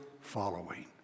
following